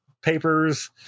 papers